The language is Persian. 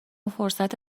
فرصت